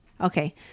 okay